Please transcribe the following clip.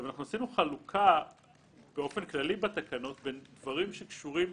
אנחנו עשינו חלוקה באופן כללי בתקנות בין דברים שקשורים